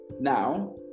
now